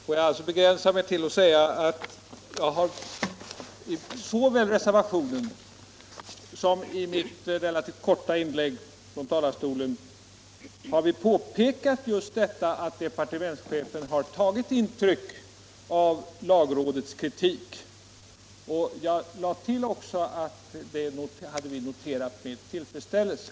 Därför skall jag begränsa mig till att säga att jag i miu relativt korta inlägg från talarstolen påpekade — och det har vi också gjort i reservationen — att departementschefen har tagit intryck av lagrådets kritik. Jag tillade också att det har vi noterat med tillfredsställelse.